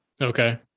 Okay